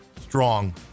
Strong